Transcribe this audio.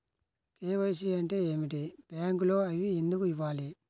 KYC అంటే ఏమిటి? బ్యాంకులో అవి ఎందుకు ఇవ్వాలి?